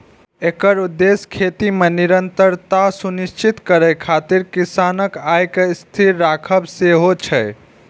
एकर उद्देश्य खेती मे निरंतरता सुनिश्चित करै खातिर किसानक आय कें स्थिर राखब सेहो छै